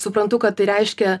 suprantu kad tai reiškia